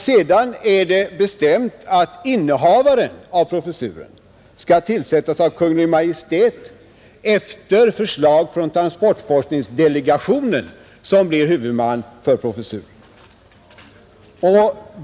Vidare är det bestämt att innehavaren av professuren skall tillsättas av Kungl. Maj:t efter förslag från transportforskningsdelegationen, som blir huvudman för professuren.